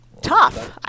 tough